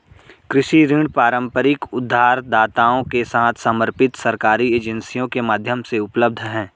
कृषि ऋण पारंपरिक उधारदाताओं के साथ समर्पित सरकारी एजेंसियों के माध्यम से उपलब्ध हैं